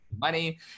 money